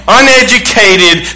uneducated